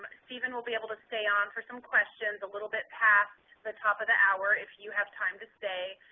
stephen will be able to stay on for some questions a little bit past the top of the hour if you have time to stay.